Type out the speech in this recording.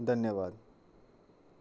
धन्यवाद